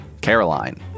Caroline